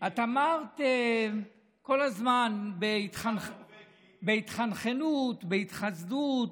את אמרת כל הזמן, בהתחנחנות, בהתחסדות,